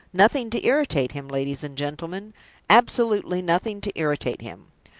nothing to irritate him, ladies and gentlemen absolutely nothing to irritate him!